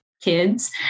kids